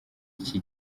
iki